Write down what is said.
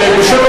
היושב-ראש,